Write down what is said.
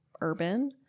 urban